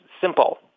simple